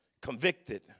convicted